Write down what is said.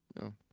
No